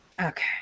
Okay